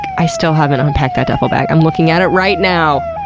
i still haven't unpacked that duffel bag. i'm looking at it right now!